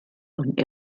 und